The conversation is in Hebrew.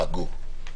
גור,